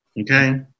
Okay